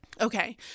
Okay